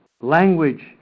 Language